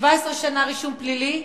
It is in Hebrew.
17 שנה רישום פלילי,